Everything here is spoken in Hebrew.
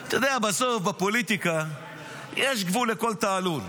אתה יודע, בסוף בפוליטיקה יש גבול לכל תעלול.